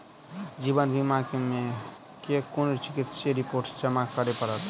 जीवन बीमा मे केँ कुन चिकित्सीय रिपोर्टस जमा करै पड़त?